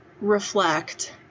reflect